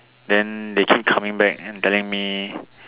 then they keep coming back and telling me